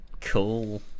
Cool